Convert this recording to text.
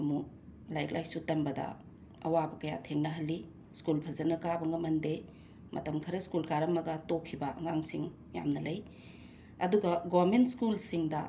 ꯑꯃꯨꯛ ꯂꯥꯏꯔꯤꯛ ꯂꯥꯏꯁꯨ ꯇꯝꯕꯗ ꯑꯋꯥꯕ ꯀꯌꯥ ꯊꯦꯡꯅꯍꯜꯂꯤ ꯁ꯭ꯀꯨꯜ ꯐꯖꯟꯅ ꯀꯥꯕ ꯉꯝꯍꯟꯗꯦ ꯃꯇꯝ ꯈꯔ ꯁ꯭ꯀꯨꯜ ꯀꯥꯔꯝꯂꯒ ꯇꯣꯛꯈꯤꯕ ꯑꯉꯥꯡ ꯃꯁꯤꯡ ꯌꯥꯝꯅ ꯂꯩ ꯑꯗꯨꯒ ꯒꯣꯃꯦꯟ ꯁ꯭ꯀꯨꯜꯁꯤꯡꯗ